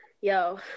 yo